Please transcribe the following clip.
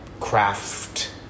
craft